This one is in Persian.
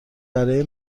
برای